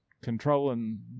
controlling